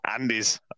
Andy's